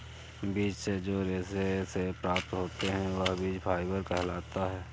बीज से जो रेशे से प्राप्त होते हैं वह बीज फाइबर कहलाते हैं